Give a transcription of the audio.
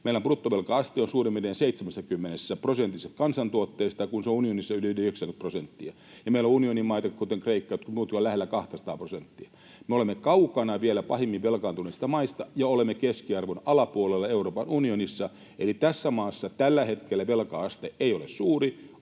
Meillä bruttovelka-aste on suurin piirtein 70 prosentissa kansantuotteesta, kun se on unionissa yli 90 prosenttia. Meillä on unionin maita, kuten Kreikka ja jotkut muutkin, jotka ovat lähellä 200:aa prosenttia. Me olemme vielä kaukana pahimmin velkaantuneista maista ja olemme keskiarvon alapuolella Euroopan unionissa. Eli tässä maassa tällä hetkellä velka-aste ei ole suuri.